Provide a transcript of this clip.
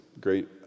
great